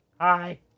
hi